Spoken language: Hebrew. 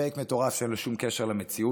פייק מטורף שאין לו שום קשר למציאות.